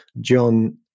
John